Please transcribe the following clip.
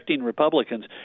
Republicans